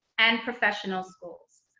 and professional schools.